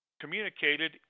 communicated